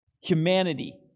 humanity